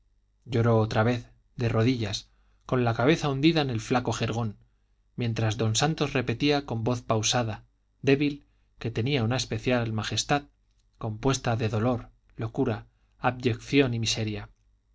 lloró otra vez de rodillas con la cabeza hundida en el flaco jergón mientras don santos repetía con voz pausada débil que tenía una majestad especial compuesta de dolor locura abyección y miseria